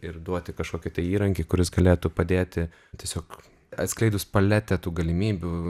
ir duoti kažkokį tai įrankį kuris galėtų padėti tiesiog atskleidus paletę tų galimybių